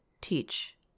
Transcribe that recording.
teach